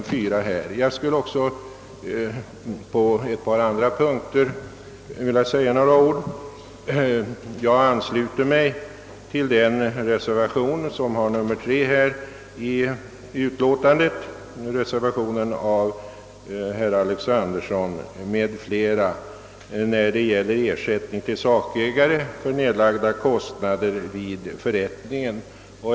Jag skulle också på ett par andra punkter vilja säga några ord. Jag ansluter mig till reservation III av herr Alexanderson m.fl., i vad gäller ersättning till sakägare för nedlagda kostnader vid förrättning.